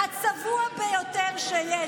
הצבוע ביותר שיש.